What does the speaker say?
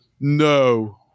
No